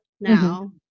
now